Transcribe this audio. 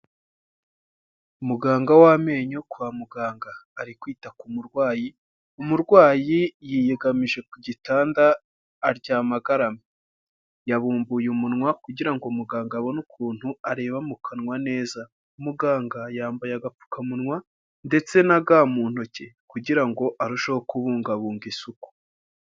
Muganga w'amenyo kwa muganga ari kwita ku murwayi, umurwayi yiyegamije ku gitanda aryama agaramye, yabumbuye umunwa kugira ngo muganga abone ukuntu areba mu kanwa neza muganga yambaye agapfukamunwa ndetse naga mu ntoki kugira ngo arusheho kubungabunga isuku.